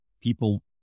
people